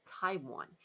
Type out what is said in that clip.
Taiwan